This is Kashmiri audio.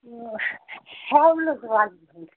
ہوولٕز والٮ۪ن ہُنٛد